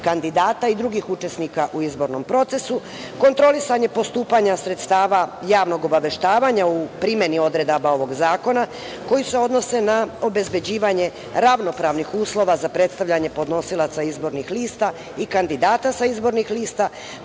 kandidata i drugih učesnika u izbornom procesu, kontrolisanje postupanja sredstava javnog obaveštavanja u primeni odredaba ovog zakona koji se odnose na obezbeđivanje ravnopravnih uslova za predstavljanje podnosilaca izbornih lista i kandidata sa izbornih lista,